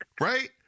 right